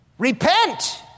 repent